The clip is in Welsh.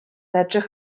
edrych